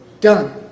done